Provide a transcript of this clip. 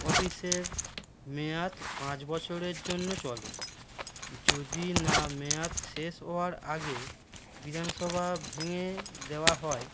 অফিসের মেয়াদ পাঁচ বছরের জন্য চলে যদি না মেয়াদ শেষ হওয়ার আগে বিধানসভা ভেঙে দেওয়া হয়